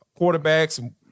quarterbacks